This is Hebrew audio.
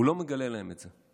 הוא לא מגלה להם את זה.